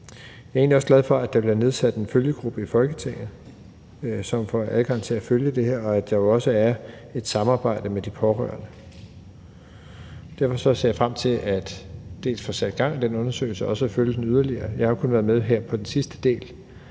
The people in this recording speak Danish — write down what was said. Jeg er egentlig også glad for, at der bliver nedsat en følgegruppe i Folketinget, som får adgang til at følge det her, og at der også er et samarbejde med de pårørende. Derfor ser jeg frem til at få sat gang i den undersøgelse og så følge den yderligere. Jeg har kun været med her på den sidste del